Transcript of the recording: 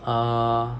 err